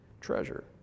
treasure